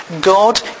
God